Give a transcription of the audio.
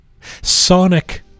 sonic